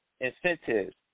incentives